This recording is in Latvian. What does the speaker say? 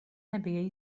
nebija